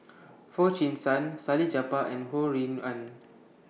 Foo Chee San Salleh Japar and Ho Rui An